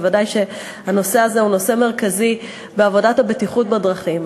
וודאי שהנושא הזה הוא נושא מרכזי בעבודת הבטיחות בדרכים.